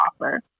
offer